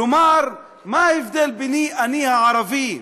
כלומר, מה ההבדל ביני, אני הערבי,